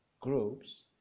groups